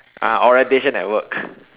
ah orientation at work